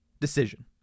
decision